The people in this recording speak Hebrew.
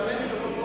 1 8 נתקבלו.